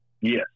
Yes